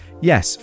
Yes